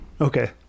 okay